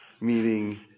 meaning